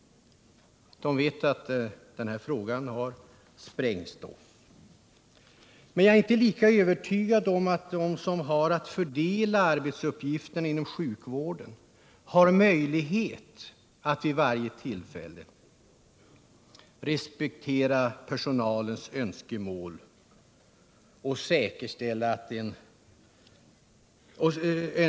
De vet att det ligger sprängstoff i denna fråga. Men jag är inte lika övertygad om att de som har att fördela arbetsuppgifterna inom sjukvården har möjligheter att vid varje tillfälle respektera personalens önskemål och krav.